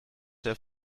der